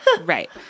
right